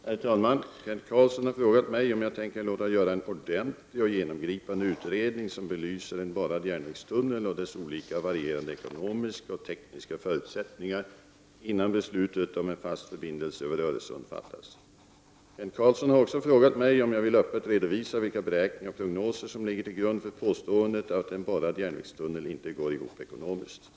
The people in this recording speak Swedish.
Herr talman! Kent Carlsson har frågat mig om jag tänkter låta göra en ordentlig och genomgripande utredning som belyser en borrad järnvägstunnel och dess olika varierande ekonomiska och tekniska förutsättningar innan beslut om en fast förbindelse över Öresund fattas. Kent Carlsson har också frågat mig om jag vill öppet redovisa vilka beräkningar och prognoser som ligger till grund för påståendet att en borrad järnvägstunnel inte går ihop ekonomiskt.